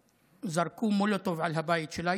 זרקו מולוטוב על הבית שלה.